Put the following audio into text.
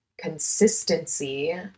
consistency